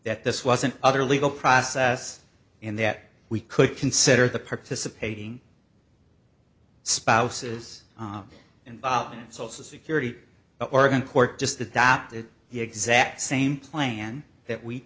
that this was an other legal process in that we could consider the participating spouses involved in social security or even court just adopted the exact same plan that we